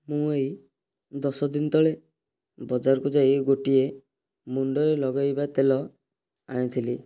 ମୁଁ ଏଇ ଦଶଦିନ ତଳେ ବଜାରକୁ ଯାଇ ଗୋଟିଏ ମୁଣ୍ଡରେ ଲଗାଇବା ତେଲ ଆଣିଥିଲି